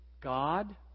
God